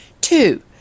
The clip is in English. Two